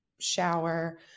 Shower